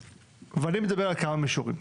אני מדבר על כמה מישורים,